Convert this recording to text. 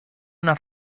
una